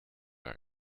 are